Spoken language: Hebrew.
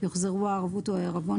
יוחזרו הערבות או העירבון,